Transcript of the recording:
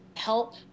help